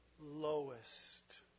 lowest